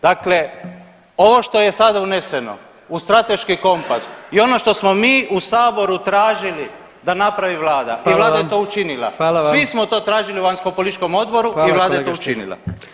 Dakle, ovo što je sada uneseno u strateški kompas i ono što smo mi u saboru tražili da napravi vlada i vlada je to učinila [[Upadica predsjednik: Hvala vam.]] svi smo to tražili u vanjskopolitičkom odboru i [[Upadica predsjednik: Hvala kolega Stier.]] vlada je to učinila.